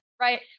right